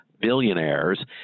billionaires